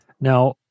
Now